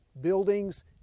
buildings